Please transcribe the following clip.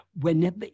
whenever